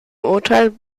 urteil